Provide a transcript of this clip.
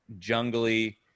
jungly